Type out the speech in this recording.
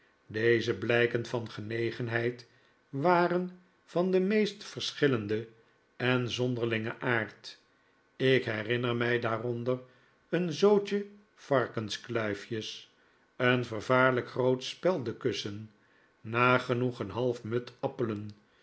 deze blijken van genegenheid waren van den meest verschillenden en zonderlingen aard ik herinner mij da'aronder een zootje varkenskluifjes een vervaarlijk groot speldenkussen nagenoeg een half mud appelen